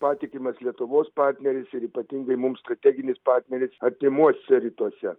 patikimas lietuvos partneris ir ypatingai mums strateginis partneris artimuosiuose rytuose